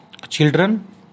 Children